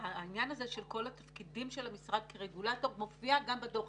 העניין הזה של כל התפקידים של המשרד כרגולטור מופיע גם בתוך הדוח.